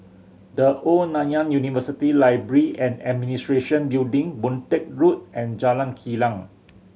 The Old Nanyang University Library and Administration Building Boon Teck Road and Jalan Kilang